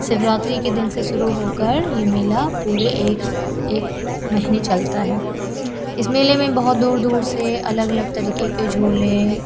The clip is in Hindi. शिवरात्रि के दिन से शुरू होकर यह मेला पूरे एक एक महीने चलता है इस मेले में बहुत दूर दूर से अलग अलग तरीके के झूले